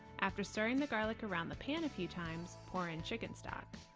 after stirring the garlic around the pan a few times, pour in chicken stock.